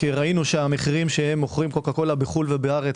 ראינו שהמחירים שמוכרים קוקה קולה בחו"ל ובארץ-